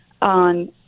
on